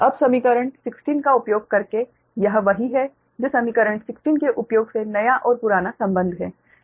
अब समीकरण 16 का उपयोग करके यह वही है जो समीकरण 16 के उपयोग से नया और पुराना संबंध है